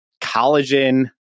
collagen